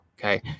Okay